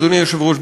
אדוני היושב-ראש,